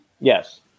Yes